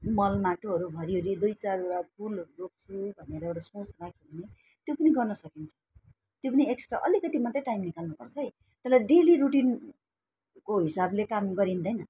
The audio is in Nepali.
मलमाटोहरू भरिवरी दुई चारवटा फुलहरू रोप्छु भनेर एउटा सोच राख्यो भने त्यो पनि गर्न सकिन्छ त्यो पनि एक्स्ट्रा अलिकति मात्रै टाइम निकाल्नुपर्छ है त्यसलाई डेली रुटिनको हिसाबले काम गरिँदैन